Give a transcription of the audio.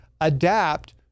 adapt